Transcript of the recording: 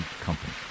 Company